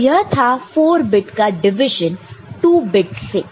तो यह था 4 बिट का डिवीजन 2 बिट से